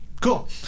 Cool